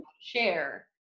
share